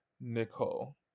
nicole